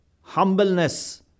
humbleness